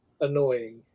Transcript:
annoying